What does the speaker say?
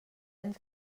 anys